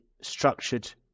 structured